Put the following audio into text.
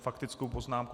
Faktickou poznámku.